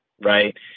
right